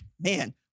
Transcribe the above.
man